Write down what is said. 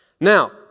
Now